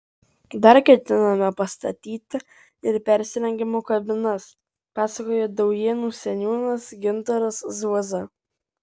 dar ketiname pastatyti ir persirengimo kabinas pasakoja daujėnų seniūnas gintaras zuoza